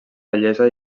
bellesa